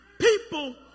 people